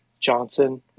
Johnson